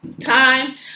time